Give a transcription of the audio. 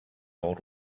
old